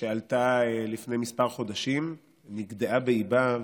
שעלתה לפני כמה חודשים ונגדעה באיבה,